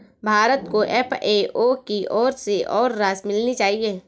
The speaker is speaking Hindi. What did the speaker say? भारत को एफ.ए.ओ की ओर से और राशि मिलनी चाहिए